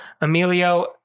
Emilio